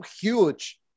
huge